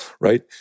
Right